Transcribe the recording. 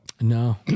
No